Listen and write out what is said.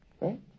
Right